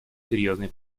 серьезные